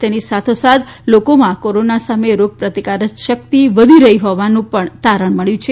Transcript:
તેની સાથો સાથ લોકોમાં કોરોના સામે રોગપ્રતિકારક શક્તિ વધી રહી હોવાનું પણ તારણ મબ્યું છે